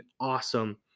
awesome